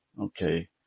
Okay